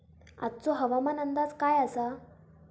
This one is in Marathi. आजचो हवामान अंदाज काय आसा?